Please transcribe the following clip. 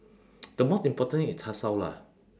the most important is char shao lah